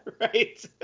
Right